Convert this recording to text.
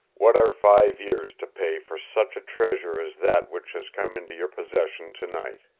what are five years to pay for such a treasure as that which has come into your possession tonight?